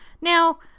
Now